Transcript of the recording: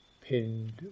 pinned